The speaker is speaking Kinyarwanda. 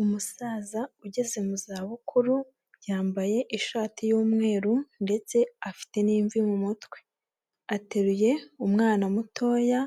Umusaza ugeze mu za bukuru yambaye ishati y'umweru ndetse afite n'imvi mu mutwe, ateruye umwana mutoya